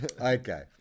Okay